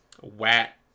Wet